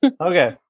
okay